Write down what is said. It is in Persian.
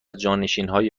جانشینانهای